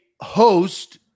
host